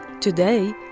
today